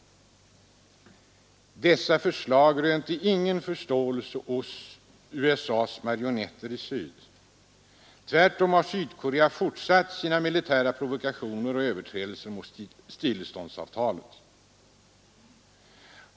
Dessa förslag rönte ingen förståelse hos USA:s marionetter i syd. Tvärtom har Sydkorea fortsatt sina militära provokationer och överträdelser mot stilleståndsavtalet.